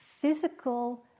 physical